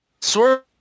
Swerve